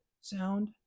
sound